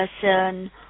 person